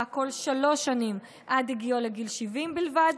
כל שלוש שנים עד הגיעו לגיל 70 בלבד,